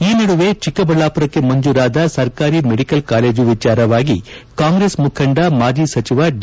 ಈ ನಡುವೆ ಚಿಕ್ಕಬಳ್ಳಾಪುರಕ್ಕೆ ಮಂಜೂರಾದ ಸರ್ಕಾರಿ ಮೆಡಿಕಲ್ ಕಾಲೇಜು ವಿಚಾರವಾಗಿ ಕಾಂಗ್ರೆಸ್ ಮುಖಂಡ ಮಾಜಿ ಸಚಿವ ಡಿ